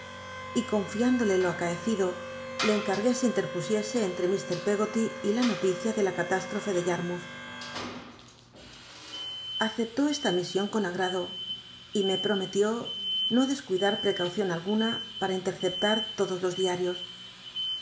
y conlliindole lo acaecido le encargué se interpusiese entre i peggoty y la noticia de la cal strofe ele y armou th aceptó esta mision con agrado y me p ometió no descu ida precaucion alguna para in tercepta todos los diarios